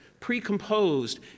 precomposed